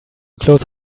close